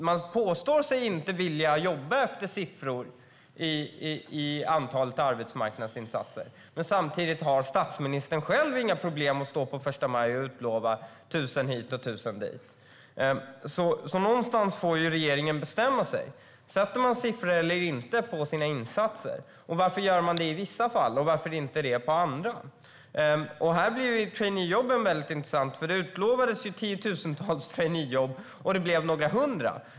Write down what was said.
Man påstår sig inte vilja jobba efter siffror över antal när det gäller arbetsmarknadsinsatser, men samtidigt har statsministern själv inga problem med att stå på första maj och utlova tusen hit och tusen dit. Någonstans får regeringen bestämma sig - sätter man siffror eller inte på sina insatser? Och varför gör man det i vissa fall men inte i andra? Här blir traineejobben väldigt intressanta. Det utlovades ju tiotusentals traineejobb, och det blev några hundra.